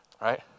Right